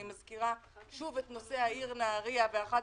אני מזכירה שוב את נושא העיר נהריה ו-11